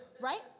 Right